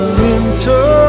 winter